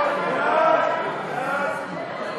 סעיפים